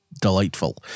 delightful